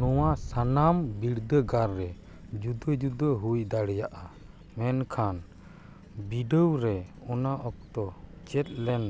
ᱱᱚᱣᱟ ᱥᱟᱱᱟᱢ ᱵᱤᱨᱫᱟᱹᱜᱟᱲ ᱨᱮ ᱡᱩᱫᱟᱹ ᱡᱩᱫᱟᱹ ᱦᱩᱭ ᱫᱟᱲᱮᱭᱟᱜᱼᱟ ᱢᱮᱱᱠᱷᱟᱱ ᱵᱤᱰᱟᱹᱣ ᱨᱮ ᱚᱱᱟ ᱚᱠᱛᱚ ᱪᱮᱫ ᱞᱮᱱ